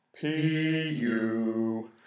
P-U